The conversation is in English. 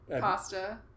pasta